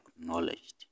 acknowledged